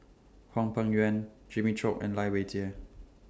Hwang Peng Yuan Jimmy Chok and Lai Weijie